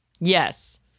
Yes